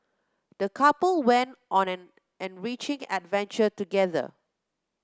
the couple went on an enriching adventure together